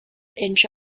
inch